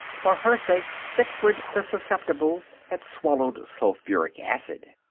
for her sake sickfried the susceptible had swallowed sulphuric acid.